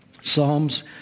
Psalms